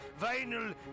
vinyl